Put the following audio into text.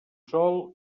sol